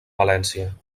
valència